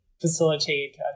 facilitate